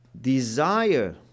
desire